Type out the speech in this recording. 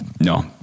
no